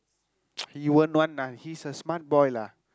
he won't one lah he's a smart boy lah